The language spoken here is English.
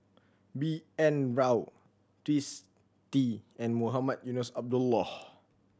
B N Rao Twisstii and Mohamed Eunos Abdullah